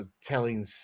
telling